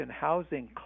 housing